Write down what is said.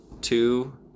Two